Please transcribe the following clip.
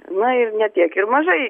na ir ne tiek ir mažai